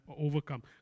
overcome